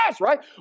right